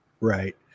Right